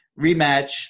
rematch